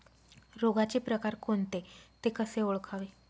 रोगाचे प्रकार कोणते? ते कसे ओळखावे?